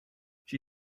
she